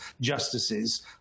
justices